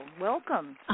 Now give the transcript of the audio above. Welcome